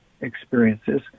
experiences